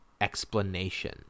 explanation